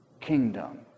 kingdom